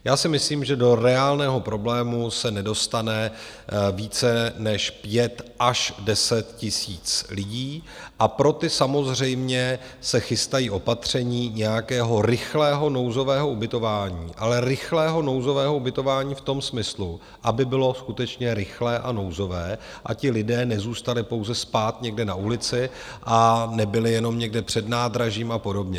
Já si myslím, že do reálného problému se nedostane více než 5 až 10 tisíc lidí, a pro ty samozřejmě se chystají opatření nějakého rychlého nouzového ubytování, ale rychlého nouzového ubytování v tom smyslu, aby bylo skutečně rychlé a nouzové, ti lidé nezůstali pouze spát někde na ulici a nebyli jenom někde před nádražím a podobně.